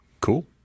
Cool